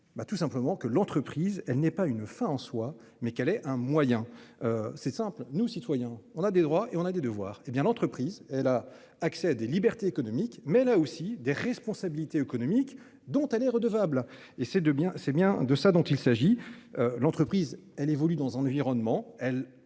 tout simplement que l'entreprise elle n'est pas une fin en soi mais qu'elle est un moyen. C'est simple, nous, citoyens, on a des droits et on a des devoirs, hé bien l'entreprise elle a accès à des libertés économiques. Mais là aussi des responsabilités économiques dont elle est redevable et c'est de bien, c'est bien de ça dont il s'agit. L'entreprise elle évolue dans Environnement.